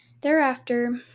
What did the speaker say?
Thereafter